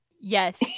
yes